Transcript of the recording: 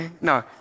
No